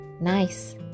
Nice